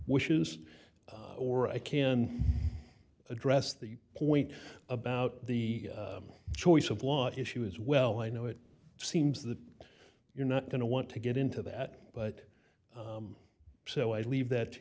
wishes or i can address the point about the choice of law issue as well i know it seems that you're not going to want to get into that but so i leave that to